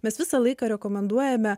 mes visą laiką rekomenduojame